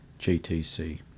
GTC